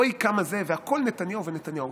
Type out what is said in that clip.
אוי, כמה זה, והכול נתניהו ונתניהו.